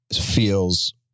feels